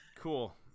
cool